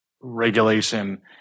regulation